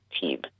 team